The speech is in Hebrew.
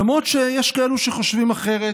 למרות שיש כאלו שחושבים אחרת,